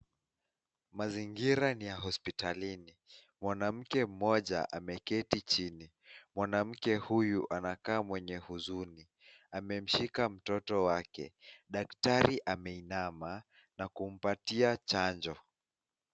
Mazingira ni hospitalini, mwanamke moja ameketi chini. Mwanamke huyu anakamweye husuni. Amemshika mtoto wake, daktari ameinama, na kumpatia chanjo.